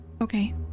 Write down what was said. Okay